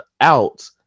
out